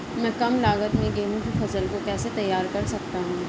मैं कम लागत में गेहूँ की फसल को कैसे तैयार कर सकता हूँ?